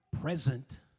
present